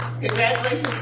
Congratulations